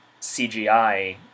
CGI